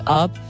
up